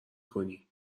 کنی